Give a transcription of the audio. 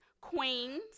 queens